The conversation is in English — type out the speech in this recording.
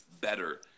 better